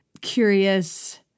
curious